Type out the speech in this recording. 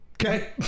Okay